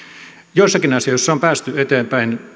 joissakin asioissa on päästy eteenpäin